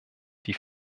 die